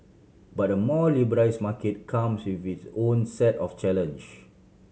but the more liberalise market comes with its own set of challenge